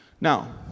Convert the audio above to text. Now